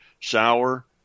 sour